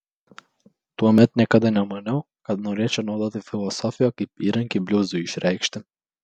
tuomet niekada nemaniau kad norėčiau naudoti filosofiją kaip įrankį bliuzui išreikšti